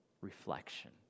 reflection